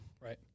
Right